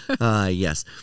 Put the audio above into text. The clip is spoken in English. Yes